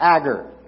Agar